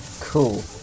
Cool